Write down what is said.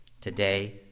today